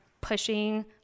pushing